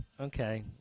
Okay